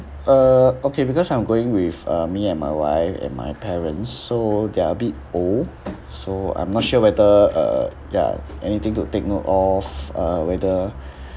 uh okay because I'm going with uh me and my wife and my parents so they're a bit old so I'm not sure whether uh ya anything to take note of uh whether